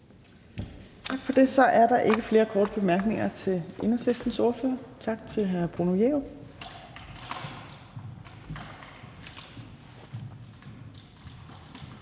Tak for det. Så er der ikke flere korte bemærkninger til Enhedslistens ordfører. Tak til hr. Bruno Jerup.